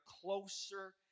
closer